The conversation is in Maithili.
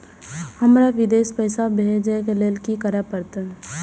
हमरा विदेश पैसा भेज के लेल की करे परते?